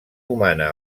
humana